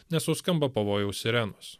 nes suskamba pavojaus sirenos